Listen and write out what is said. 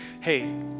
hey